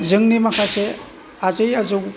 जोंनि माखासे आजै आजौ